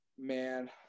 man